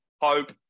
Hope